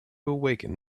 awaken